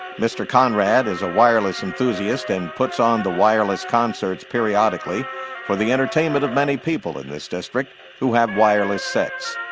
mr. conrad is a wireless enthusiast and puts on the wireless concerts periodically for the entertainment of many people in this district who have wireless sets.